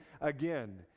again